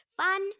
Fun